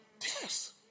Yes